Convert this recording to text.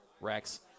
Rex